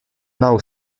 now